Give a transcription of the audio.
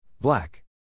Black